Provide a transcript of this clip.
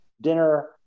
dinner